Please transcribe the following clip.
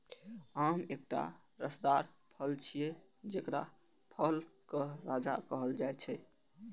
आम एकटा रसदार फल छियै, जेकरा फलक राजा कहल जाइ छै